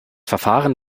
verfahren